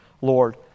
Lord